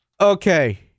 Okay